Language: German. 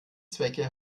zwecke